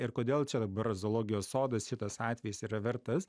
ir kodėl čia dabar zoologijos sodas šitas atvejis yra vertas